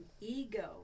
ego